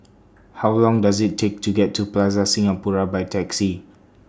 How Long Does IT Take to get to Plaza Singapura By Taxi